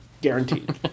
Guaranteed